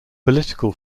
political